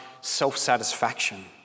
self-satisfaction